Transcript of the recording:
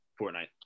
Fortnite